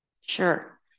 Sure